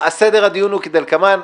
מסכים לחלוטין.